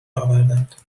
آوردند